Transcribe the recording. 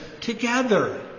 together